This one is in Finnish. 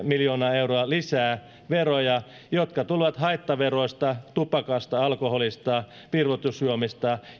miljoonaa euroa lisää veroja jotka tulevat haittaveroista tupakasta alkoholista virvoitusjuomista